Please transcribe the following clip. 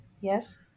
Yes